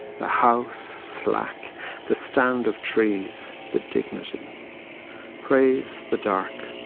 the house slack the stand of trees, the dignity praise the dark,